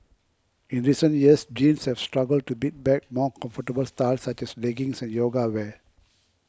in recent years jeans have struggled to beat back more comfortable styles such as leggings and yoga wear